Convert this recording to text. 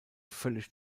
völlig